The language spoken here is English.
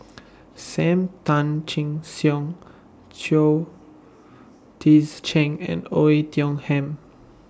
SAM Tan Chin Siong Chao Tzee Cheng and Oei Tiong Ham